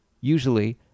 Usually